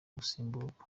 gusimburwa